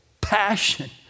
passion